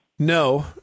No